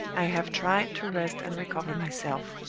i have tried to rest and recover myself.